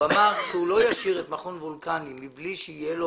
הוא אמר שהוא לא ישאיר את מכון וולקני בלי שיהיו לו